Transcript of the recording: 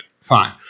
fine